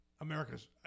America's